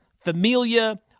Familia